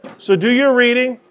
so do your reading.